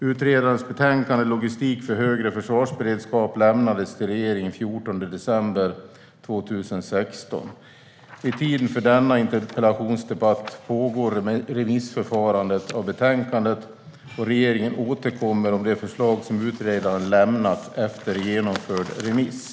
Utredarens betänkande, Logistik för högre försvarsberedskap , lämnades till regeringen den 14 december 2016. Vid tiden för denna interpellationsdebatt pågår remissförfarandet gällande betänkandet. Regeringen återkommer om de förslag som utredaren lämnat efter genomförd remiss.